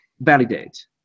validate